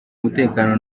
umutekano